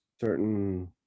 certain